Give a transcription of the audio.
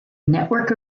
network